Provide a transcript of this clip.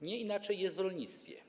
Nie inaczej jest w rolnictwie.